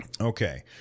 Okay